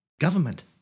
government